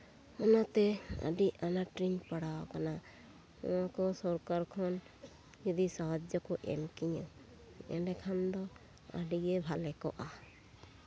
ᱚᱱᱟᱛᱮ ᱟᱹᱰᱤ ᱟᱱᱟᱴ ᱨᱤᱧ ᱯᱟᱲᱟᱣ ᱟᱠᱟᱱᱟ ᱩᱱᱠᱩ ᱥᱚᱨᱠᱟᱨ ᱠᱷᱚᱱ ᱡᱚᱫᱤ ᱥᱟᱦᱟᱡᱽᱡᱚ ᱠᱚ ᱮᱢ ᱠᱤᱧᱟᱹ ᱮᱸᱰᱮᱠᱷᱟᱱ ᱫᱚ ᱟᱹᱰᱤᱜᱮ ᱵᱷᱟᱞᱮ ᱠᱚᱜᱼᱟ